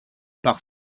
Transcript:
par